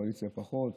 לקואליציה פחות,